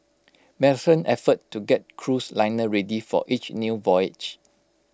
marathon effort to get cruise liner ready for each new voyage